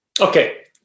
okay